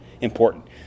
important